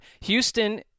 Houston